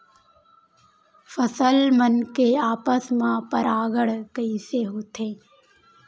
फसल मन के आपस मा परागण कइसे होथे?